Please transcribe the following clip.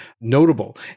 notable